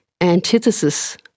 antithesis